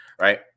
right